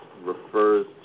refers